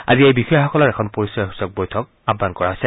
আজি এই বিষয়াসকলৰ এখন পৰিচয়সূচক বৈঠক আহবান কৰা হৈছে